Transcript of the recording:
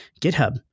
GitHub